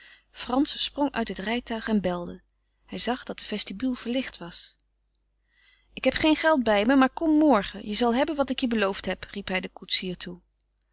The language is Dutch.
frans sprong uit het rijtuig en belde hij zag dat de vestibule verlicht was ik heb geen geld bij me maar kom morgen je zal hebben wat ik je beloofd heb riep hij den koetsier toe